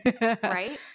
Right